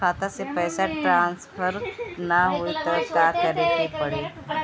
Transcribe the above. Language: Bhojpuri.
खाता से पैसा टॉसफर ना होई त का करे के पड़ी?